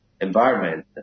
environment